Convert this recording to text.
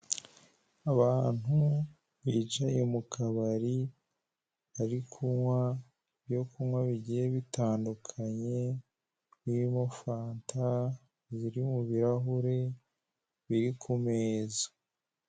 Abantu bicaye mu kabari bari kunywa ibyo kunywa bigiye bitandukanye birimo fanta biri mu birahure biri ku meza.